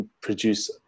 produce